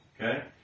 okay